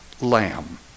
lamb